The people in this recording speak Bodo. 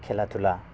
खेला धुला